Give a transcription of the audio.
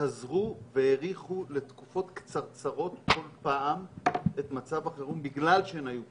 חזרו והאריכו לתקופות קצרצרות כל פעם את מצב החירום בגלל שהן היו קצרות.